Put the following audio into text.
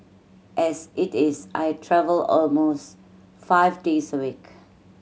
as it is I travel almost five days a week